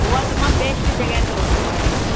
गोआ तमामु बेस्ट जॻहि अथव घुमण लाइ